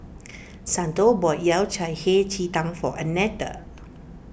Santo bought Yao Cai Hei Ji Tang for Annetta